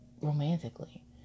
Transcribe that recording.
romantically